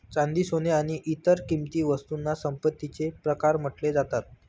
चांदी, सोन आणि इतर किंमती वस्तूंना संपत्तीचे प्रकार म्हटले जातात